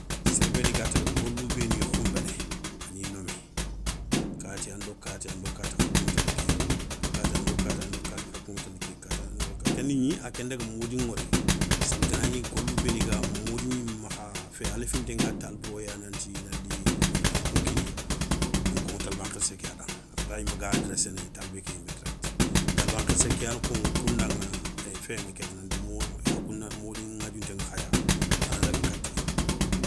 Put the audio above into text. Séré béni ga télé golou béni khounbané ani nommé, kati ando kati ando kati khakouŋa télé ké, kati ando kati ando kati khakouŋa télé ké, kati ando ka kenda gni aké ndaga mody ŋori, séli ganagni golou nga mody gnimé makha a léfinté ga taliboya nanti inali, a na kounkiniya, ana koŋo taliba nkhirssé ké yada, a féta yimé ga adrésséné talibé ké yimé direct, taliba nkhirssé ké yana koŋo kou ndaŋa féyéŋa kéta, nanti modi ŋadiounté ŋa khaya, khana daga katéyi.